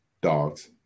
Dogs